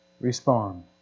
respond